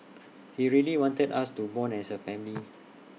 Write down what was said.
he really wanted us to Bond as A family